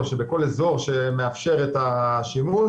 או בכל איזור שמאפשר את השימוש,